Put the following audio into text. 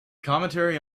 commentary